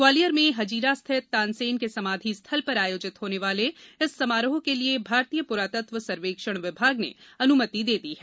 ग्वालियर में हजीरा स्थित तानसेन के समाधि स्थल पर आयोजित होने वाले इस समारोह के लिए भारतीय पुरातत्व सर्वेक्षण विभाग ने अनुमति दे दी है